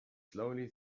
slowly